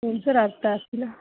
ಏನು ಸರ್ ಅರ್ಥ ಆಗ್ತಿಲ್ಲ